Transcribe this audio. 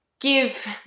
give